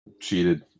cheated